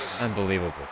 unbelievable